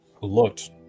looked